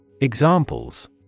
Examples